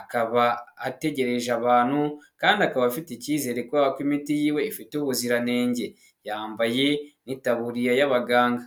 akaba ategereje abantu kandi akaba afite icyizere kubera ko imiti yiwe ifite ubuziranenge, yambaye n'itaburiya y'abaganga.